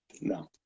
No